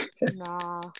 Nah